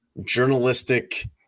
journalistic